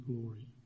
glory